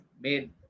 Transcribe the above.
made